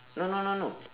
no no no no